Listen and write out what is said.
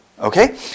Okay